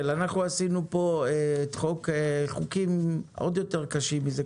עשינו פה חוקים עוד יותר קשים מזה,